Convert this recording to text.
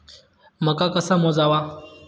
मका कसा मोजावा?